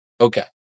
Okay